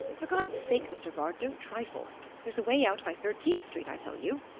for god's sake, mr. vard, don't trifle there's a way out by thirteenth street, i tell you